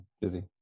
busy